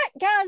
Guys